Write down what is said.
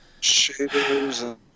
Shaders